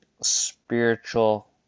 spiritual